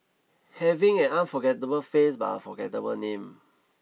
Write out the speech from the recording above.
having an unforgettable face but a forgettable name